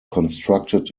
constructed